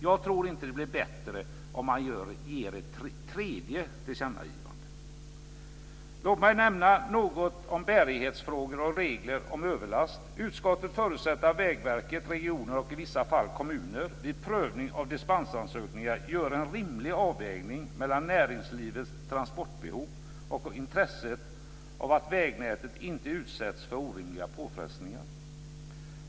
Jag tror inte att det blir bättre om man ger ett tredje tillkännagivande. Låt mig nämna något om bärighetsfrågor och regler om överlast. Utskottet förutsätter att Vägverkets regioner, och i vissa fall kommuner, vid prövning av dispensansökningar gör en rimlig avvägning mellan näringslivets transportbehov och intresset av att vägnätet inte utsätts för orimliga påfrestningar.